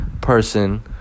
person